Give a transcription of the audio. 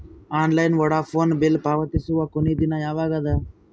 Online Vodafone bill ಪಾವತಿಸುವ ಕೊನಿ ದಿನ ಯವಾಗ ಅದ?